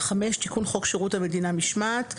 5. תיקון חוק שירות המדינה (משמעת).